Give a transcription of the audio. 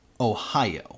Ohio